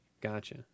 Gotcha